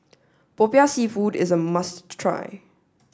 Popiah seafood is a must try